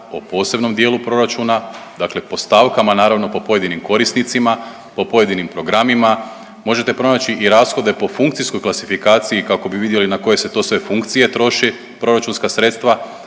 o posebnom dijelu proračuna, dakle po stavkama naravno po pojedinim korisnicima, po pojedinim programima. Možete pronaći i rashode po funkcijskoj klasifikaciji kako bi vidjeli na koje se to sve funkcije troši proračunska sredstva,